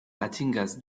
atingas